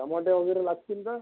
टमाटे वगैरे लागतील का